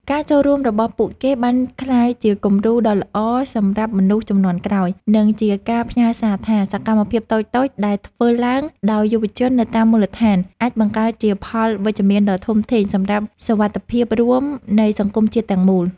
ការចូលរួមរបស់ពួកគេបានក្លាយជាគំរូដ៏ល្អសម្រាប់មនុស្សជំនាន់ក្រោយ និងជាការផ្ញើសារថា សកម្មភាពតូចៗដែលធ្វើឡើងដោយយុវជននៅតាមមូលដ្ឋាន អាចបង្កើតជាផលវិជ្ជមានដ៏ធំធេងសម្រាប់សុវត្ថិភាពរួមនៃសង្គមជាតិទាំងមូល។